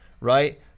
right